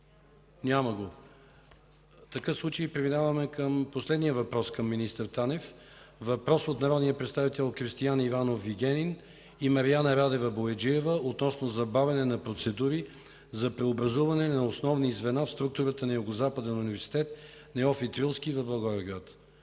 Няма го. Преминаваме към последния въпрос към министър Танев – от народния представител Кристиян Иванов Вигенин и Мариана Радева Бояджиева относно забавяне на процедури за преобразуване на основни звена в структурата на Югозападен университет „Неофит Рилски” в Благоевград.